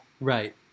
Right